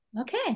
Okay